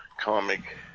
comic